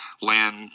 land